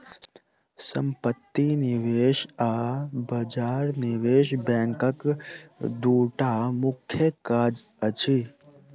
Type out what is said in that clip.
सम्पत्ति निवेश आ बजार निवेश बैंकक दूटा मुख्य काज अछि